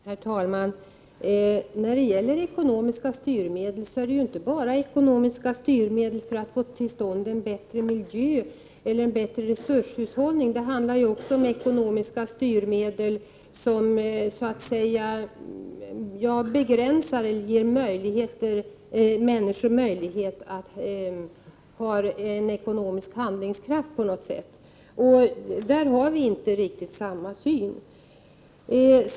Herr talman! När vi i centern talar om ekonomiska styrmedel, är det inte bara fråga om styrmedel för att få till stånd en bättre miljö eller en bättre resurshushållning utan också om sådana ekonomiska styrmedel som ger människor möjlighet att utveckla ekonomisk handlingskraft, och där har partierna inte riktigt samma syn.